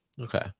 Okay